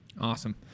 Awesome